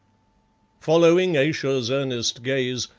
following ayesha's earnest gaze,